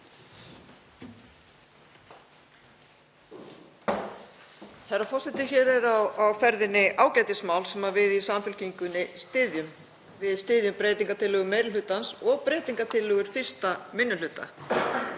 Herra forseti. Hér er á ferðinni ágætismál sem við í Samfylkingunni styðjum. Við styðjum breytingartillögur meiri hlutans og breytingartillögur 1. minni hluta.